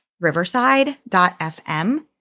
Riverside.fm